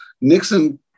Nixon